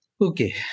Okay